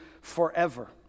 forever